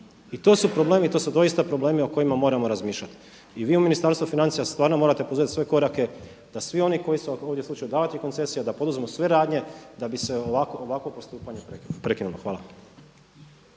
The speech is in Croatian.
I to su problemi i to su doista problemi o kojima moramo razmišljati. I vi u Ministarstvu financija stvarno morate poduzeti sve korake da svi oni koji su ako … davati koncesija da poduzmu sve radnje da bi se ovako postupanje prekinulo. Hvala.